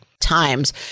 times